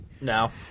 No